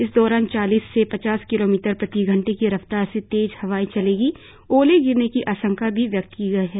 इस दौरान चालीस से पचास किलोमीटर प्रति घंटे की रफ्तार से तेज हवाएं चलेंगी ओले गिरने की आशंका भी व्यक्त की गई है